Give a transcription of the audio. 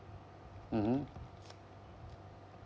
mmhmm